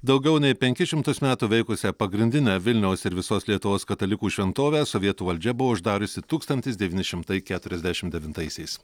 daugiau nei penkis šimtus metų veikusią pagrindinę vilniaus ir visos lietuvos katalikų šventovę sovietų valdžia buvo uždariusi tūkstantis devyni šimtai keturiasdešimt devintaisiais